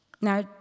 Now